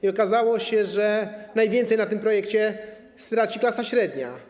I okazało się, że najwięcej na tym projekcie straci klasa średnia.